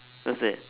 what's that